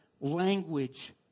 language